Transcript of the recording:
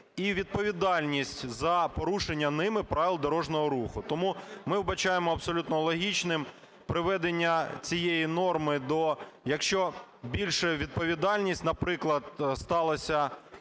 у відповідальності за порушення ними правил дорожнього руху. Тому ми вбачаємо абсолютно логічним приведення цієї норми до… Якщо більша відповідальність, наприклад, сталася